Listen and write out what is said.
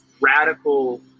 radical